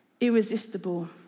irresistible